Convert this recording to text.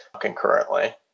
concurrently